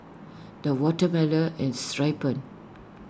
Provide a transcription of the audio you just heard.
the watermelon has ripened